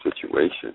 situation